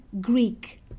Greek